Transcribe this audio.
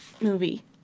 movie